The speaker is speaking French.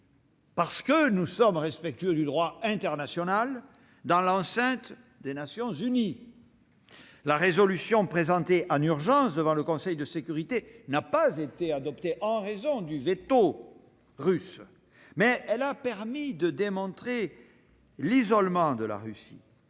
fermeté. D'abord, par respect pour le droit international, dans l'enceinte des Nations unies : la résolution présentée en urgence devant le Conseil de sécurité n'a pas été adoptée en raison du veto russe, mais elle a permis de démontrer l'isolement de la Russie,